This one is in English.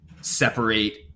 separate